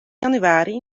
januari